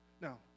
Now